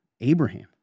Abraham